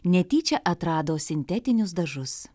netyčia atrado sintetinius dažus